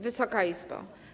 Wysoka Izbo!